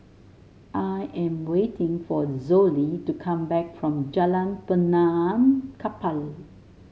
I am waiting for Zollie to come back from Jalan Benaan Kapal